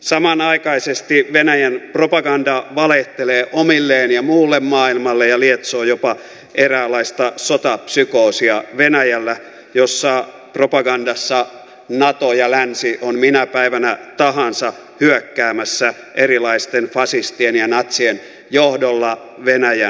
samanaikaisesti venäjän propaganda valehtelee omilleen ja muulle maailmalle ja lietsoo jopa eräänlaista sotapsykoosia venäjällä jossa propagandassa nato ja länsi on minä päivänä tahansa hyökkäämässä erilaisten fasistien ja natsien johdolla venäjän kimppuun